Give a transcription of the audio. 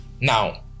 Now